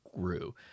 grew